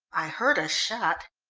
i heard a shot.